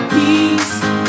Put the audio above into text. Peace